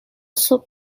صبح